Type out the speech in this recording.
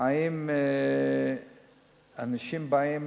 אם אנשים באים,